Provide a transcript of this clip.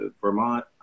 Vermont